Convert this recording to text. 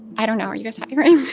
i don't know. are you guys hiring?